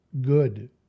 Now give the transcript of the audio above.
good